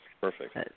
Perfect